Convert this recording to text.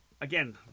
Again